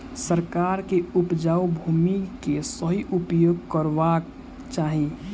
सरकार के उपजाऊ भूमि के सही उपयोग करवाक चाही